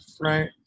right